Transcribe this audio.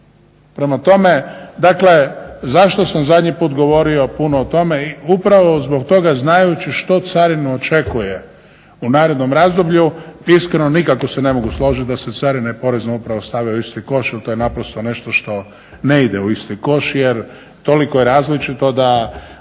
Prema tome, dakle zašto sam zadnji put govorio puno o tome i upravo zbog toga znajući što carinu očekuje u narednom razdoblju. Iskreno, nikako se ne mogu složiti da se carine i Porezna uprava stave u isti koš jer to je naprosto nešto što ne ide u isti koš. Jer toliko je različito da